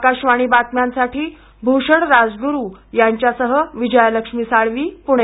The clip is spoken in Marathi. आकाशवाणी बातम्यांसाठी भूषण राजगुरू यांच्यासह विजयालक्ष्मी साळवी पुणे